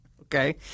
Okay